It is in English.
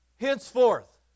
Henceforth